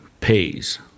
Pays